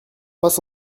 passe